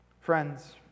Friends